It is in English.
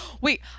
Wait